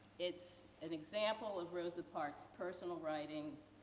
it's an example of rosa parks personal writings.